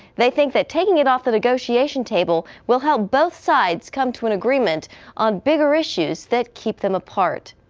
they think that taking it off the negotiation table will help both sides come to an agreement on bigger issues that keep them apart.